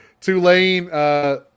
Tulane